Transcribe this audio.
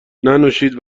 ننوشید